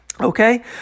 Okay